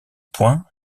points